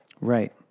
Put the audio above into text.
right